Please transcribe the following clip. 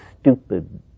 stupid